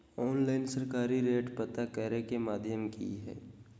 Online सरकारी rate पता करे के माध्यम की हय?